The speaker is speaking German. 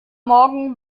morgen